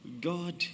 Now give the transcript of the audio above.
God